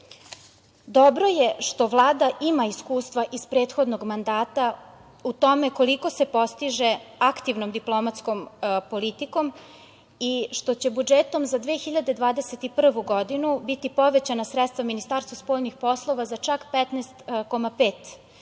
je što Vlada ima iskustva iz prethodnog mandata u tome koliko se postiže aktivnom diplomatskom politikom i što će budžetom za 2021. godinu biti povećana sredstva Ministarstva spoljnih poslova za čak 15,9%